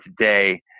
today